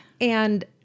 And-